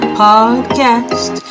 podcast